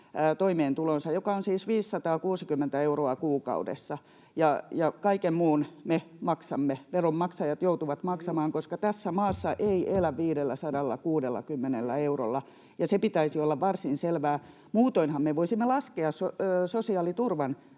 toimeentulonsa, joka on siis 560 euroa kuukaudessa, ja kaiken muun me maksamme — veronmaksajat joutuvat maksamaan — koska tässä maassa ei elä 560 eurolla, ja sen pitäisi olla varsin selvää. Muutoinhan me voisimme laskea sosiaaliturvan